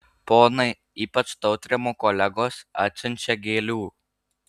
ponai ypač tautrimo kolegos atsiunčią gėlių